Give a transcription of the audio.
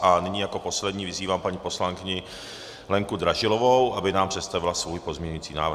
A nyní jako poslední vyzývám paní poslankyni Lenku Dražilovou, aby nám představila svůj pozměňovací návrh.